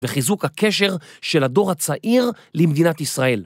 וחיזוק הקשר של הדור הצעיר למדינת ישראל.